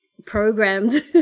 programmed